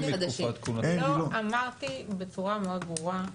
לא אמרתי, בצורה מאוד ברורה,